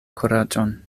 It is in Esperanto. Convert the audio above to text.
kuraĝon